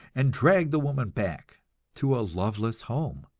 and drag the woman back to a loveless home.